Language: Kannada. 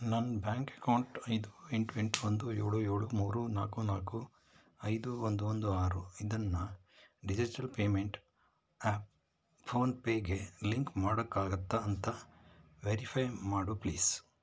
ನನ್ನ ಬ್ಯಾಂಕ್ ಅಕೌಂಟ್ ಐದು ಎಂಟು ಎಂಟು ಒಂದು ಏಳು ಏಳು ಮೂರು ನಾಲ್ಕು ನಾಲ್ಕು ಐದು ಒಂದು ಒಂದು ಆರು ಇದನ್ನು ಡಿಜಿಟಲ್ ಪೇಮೆಂಟ್ ಆ್ಯಪ್ ಫೋನ್ಪೇಗೆ ಲಿಂಕ್ ಮಾಡೋಕ್ಕಾಗುತ್ತಾ ಅಂತ ವೆರಿಫೈ ಮಾಡು ಪ್ಲೀಸ್